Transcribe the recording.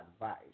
advice